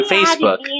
Facebook